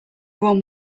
one